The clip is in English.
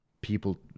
people